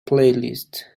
playlist